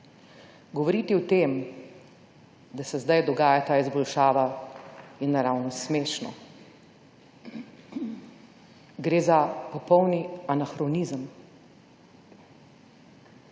Govoriti o tem, da se sedaj dogaja ta izboljšava, je naravnost smešno. Gre za popoln anahronizem.